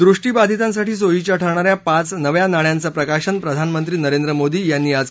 दृष्टीबाधितांसाठी सोयीच्या ठरणाऱ्या पाच नव्या नाण्यांचं प्रकाशन प्रधानमंत्री नरेंद्र मोदी यांनी आज केलं